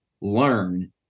learn